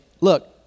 look